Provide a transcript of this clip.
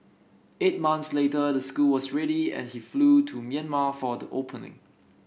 eight months later the school was ready and he flew to Myanmar for the opening